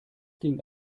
ging